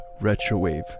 retrowave